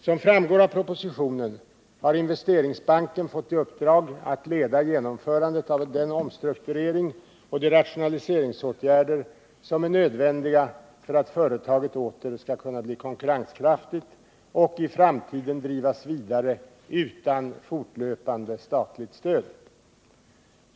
Som framgår av propositionen har Investeringsbanken fått i uppdrag att leda genomförandet av den omstrukturering och de rationaliseringsåtgärder som är nödvändiga för att företaget åter skall kunna bli konkurrenskraftigt och i framtiden drivas vidare utan fortlöpande statligt stöd.